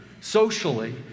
socially